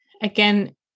again